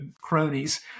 cronies